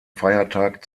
feiertag